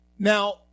Now